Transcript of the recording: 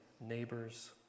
neighbors